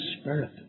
Spirit